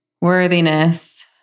Worthiness